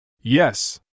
Yes